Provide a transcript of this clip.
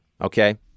okay